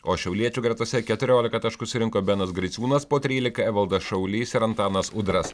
o šiauliečių gretose keturiolika taškų surinko benas griciūnas po trylika evaldas šaulys ir antanas udras